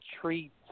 treats